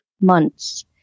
months